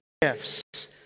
gifts